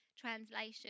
Translation